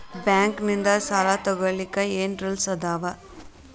Bank ನಿಂದ್ ಸಾಲ ತೊಗೋಳಕ್ಕೆ ಏನ್ ರೂಲ್ಸ್ ಅದಾವ?